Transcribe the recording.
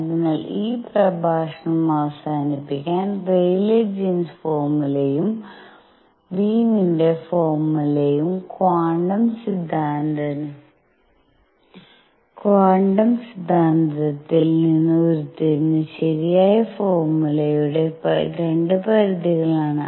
അതിനാൽ ഈ പ്രഭാഷണം അവസാനിപ്പിക്കാൻ റെയ്ലീ ജീൻ ഫോർമുലയും വീനിന്റെ ഫോർമുലയുംWiens formula ക്വാണ്ടം സിദ്ധാന്തത്തിൽ നിന്ന് ഉരുത്തിരിഞ്ഞ ശരിയായ ഫോർമുലയുടെ 2 പരിധികളാണ്